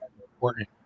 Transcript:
important